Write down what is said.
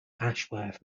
ashworth